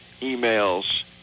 emails